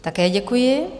Také děkuji.